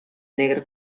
negra